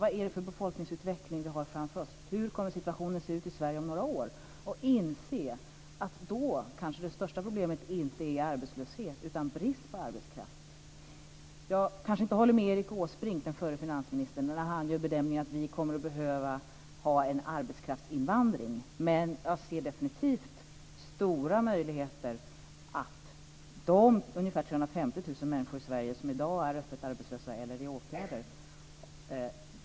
Vi måste se vilken befolkningsutveckling vi har framför oss. Hur kommer situationen att se ut i Sverige om några år? Vi måste inse att det största problemet då kanske inte är arbetslöshet, utan brist på arbetskraft. Jag håller kanske inte med Erik Åsbrink, den förre finansministern, när han gör bedömningen att vi kommer att behöva en arbetskraftsinvandring. Men jag ser definitivt stora möjligheter för de ungefär 350 000 människor i Sverige som i dag är öppet arbetslösa eller i åtgärder.